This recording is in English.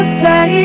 say